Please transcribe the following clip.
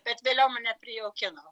bet vėliau mane prijaukino